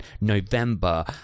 November